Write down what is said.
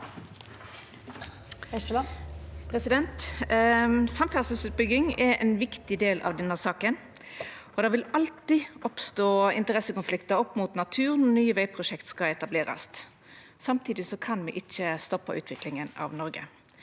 Samferdselsut- bygging er ein viktig del av denne saka, og det vil alltid oppstå interessekonfliktar opp mot natur når nye vegprosjekt skal etablerast. Samtidig kan me ikkje stoppa utviklinga av Noreg.